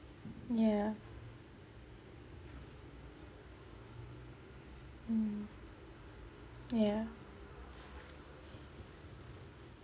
yeah mm yeah